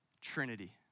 Trinity